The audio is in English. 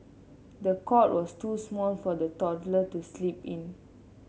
the cot was too small for the toddler to sleep in